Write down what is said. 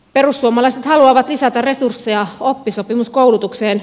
perussuomalaiset haluavat lisätä resursseja oppisopimuskoulutukseen